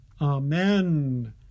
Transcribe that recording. Amen